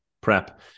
prep